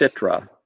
Citra